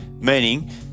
meaning